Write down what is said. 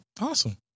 Awesome